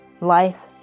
life